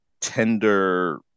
tender